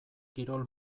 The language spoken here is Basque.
kirol